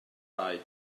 raid